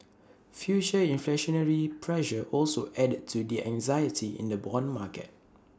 future inflationary pressure also added to the anxiety in the Bond market